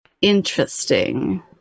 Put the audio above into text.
interesting